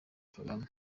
kagame